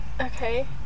Okay